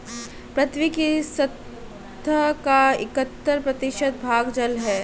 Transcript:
पृथ्वी की सतह का इकहत्तर प्रतिशत भाग जल है